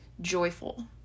joyful